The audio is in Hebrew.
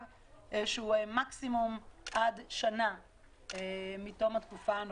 יותר של מקסימום עד שנה מתום התקופה הנוכחית.